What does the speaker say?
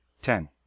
ten